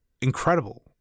incredible